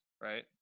right